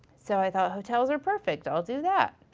so i thought hotels are perfect, i'll do that.